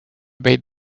bade